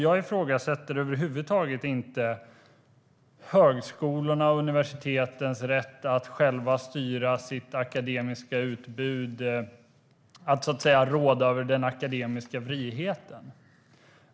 Jag ifrågasätter över huvud taget inte högskolornas och universitetens rätt att själva styra sitt akademiska utbud, att så att säga råda över den akademiska friheten.